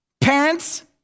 Parents